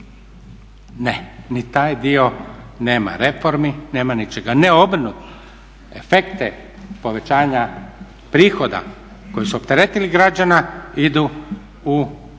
Ne, ni taj dio nema reformi, nema ničega. Ne, obrnuto, efekte povećanja prihoda koji su opteretili građana idu u rashodovnu